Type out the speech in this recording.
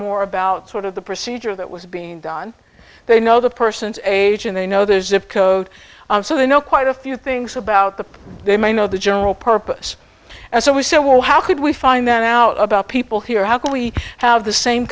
more about sort of the procedure that was being done they know the person's age and they know there's a code so they know quite a few things about the they may know the general purpose and so we said well how could we find that out about people here how can we have the same